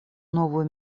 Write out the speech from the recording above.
новую